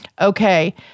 Okay